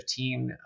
2015